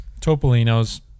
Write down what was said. Topolino's